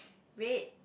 red